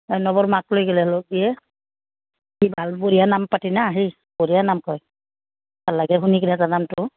নৱৰ মাক লৈ গ'লে হ'ল দে কি ভাল বঢ়িয়া নাম পাতে না সি বঢ়িয়া নাম কয় ভাল লাগে শুনি কিনে তাৰ নামটো